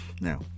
Now